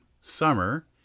summer